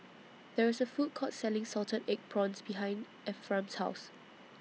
There IS A Food Court Selling Salted Egg Prawns behind Ephram's House